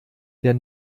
der